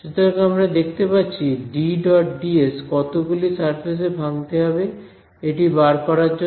সুতরাং আমরা দেখতে পাচ্ছি DdS কতগুলি সারফেস এ ভাঙতে হবে এটি বার করার জন্য